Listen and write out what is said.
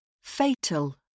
Fatal